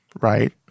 right